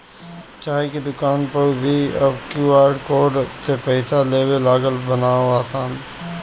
चाय के दुकानी पअ भी अब क्यू.आर कोड से पईसा लेवे लागल बानअ सन